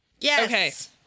Yes